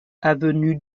avenue